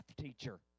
teacher